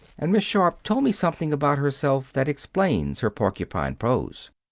and miss sharp told me something about herself that explains her porcupine pose.